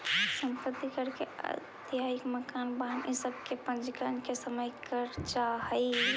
सम्पत्ति कर के अदायगी मकान, वाहन इ सब के पंजीकरण के समय करल जाऽ हई